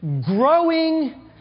growing